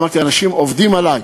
אמרתי, אנשים עובדים עלי.